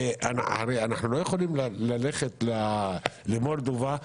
אנו לא יכולים ללכת למולדובה,